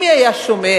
מי היה שומע,